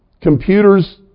computers